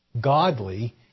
godly